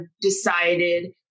decided